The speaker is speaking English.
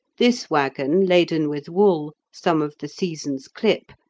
this waggon, laden with wool, some of the season's clip,